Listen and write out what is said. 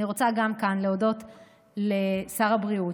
אני רוצה גם כאן להודות לשר הבריאות,